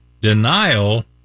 denial